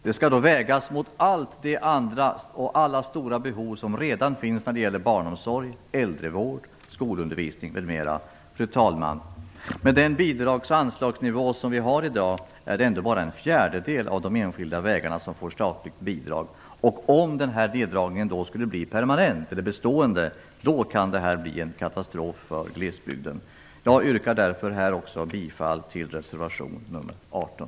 Det skall då vägas mot allt det andra och alla stora behov som redan finns när det gäller barnomsorg, äldrevård och skolundervisning, m.m. Fru talman! Med den bidrags och anslagsnivå som vi har i dag är det ändå bara en fjärdedel av de enskilda vägarna som får statligt bidrag. Om neddragningen skulle bli permanent och bestående kan det bli en katastrof för glesbygden. Jag yrkar därför bifall till reservation nr 18.